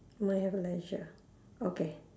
where have leisure okay